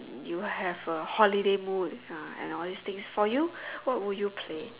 you have a holiday mood ah and all these things for you what would you play